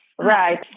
Right